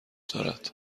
دارد